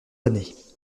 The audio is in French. années